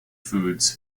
foods